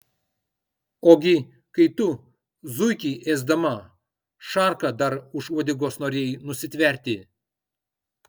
ogi kai tu zuikį ėsdama šarką dar už uodegos norėjai nusitverti